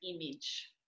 image